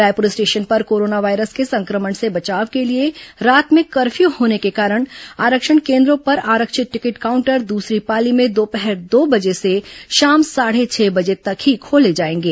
Raipur station पर corona virus के संक्रमण से बचाव के लिए रात में कर्फ्यू होने के कारण आरक्षण केन्द्रों पर आरक्षित टिकट काउंटर दूसरी पाली में दोपहर दो बजे से शाम साढ़े छह बजे तक ही खोले जाएंगे